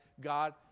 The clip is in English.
God